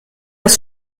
das